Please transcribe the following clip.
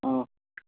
ꯑꯣ